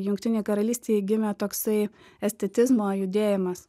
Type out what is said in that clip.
jungtinėj karalystėj gimė toksai estetizmo judėjimas